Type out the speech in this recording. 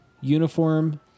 Uniform